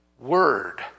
word